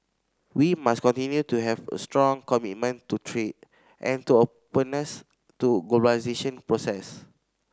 we must continue to have a strong commitment to trade and to openness to globalisation process